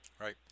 Right